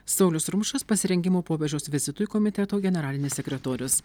saulius rumšas pasirengimo popiežiaus vizitui komiteto generalinis sekretorius